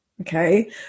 okay